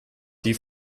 die